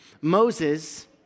Moses